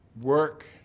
Work